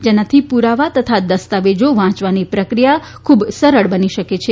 જેનાથી પુરાવા તથા દસ્તાવેજો વાંચવાની પ્રક્રિયા ખુબ સરળ બની શકે છે